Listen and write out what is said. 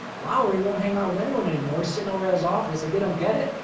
lowery, won't hang out with anyone anymore. sitting over as office. like they don't get it.